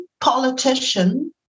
politician